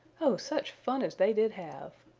oh such fun as they did have!